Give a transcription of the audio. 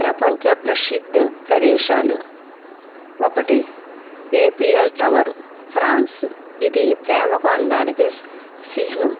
ప్రపంచ ప్రసిద్ధ ప్రదేశాలు ఒకటి ఐఫెల్ టవర్ ఫ్రాన్స్ ఇది ప్రేమకు అందానికి చిహ్నం